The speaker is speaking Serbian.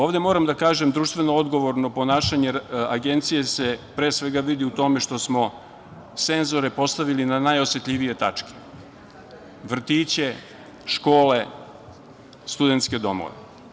Ovde moram da kažem, društveno odgovorno ponašanje Agencije se pre svega vidi u tome što smo senzore postavili na najosetljivije tačke - vrtiće, škole, studentske domove.